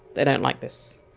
they don't like this.